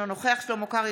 אינו נוכח שלמה קרעי,